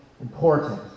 important